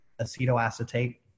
acetoacetate